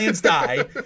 die